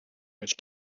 which